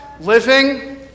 Living